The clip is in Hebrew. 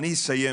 אסיים